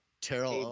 Terrell